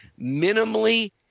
minimally